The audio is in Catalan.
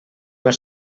per